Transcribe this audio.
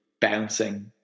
bouncing